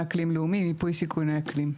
לאומי, ייפוי סיכוני אקלים.